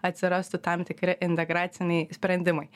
atsirastų tam tikri integraciniai sprendimai